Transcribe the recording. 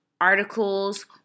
articles